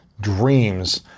dreams